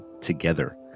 together